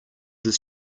his